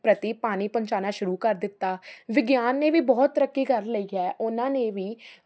ਪ੍ਰਤੀ ਪਾਣੀ ਪਹੁੰਚਾਉਣਾ ਸ਼ੁਰੂ ਕਰ ਦਿੱਤਾ ਵਿਗਿਆਨ ਨੇ ਵੀ ਬਹੁਤ ਤਰੱਕੀ ਕਰ ਲਈ ਹੈ ਉਹਨਾਂ ਨੇ ਵੀ